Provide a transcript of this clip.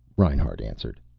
reinhart answered.